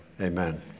amen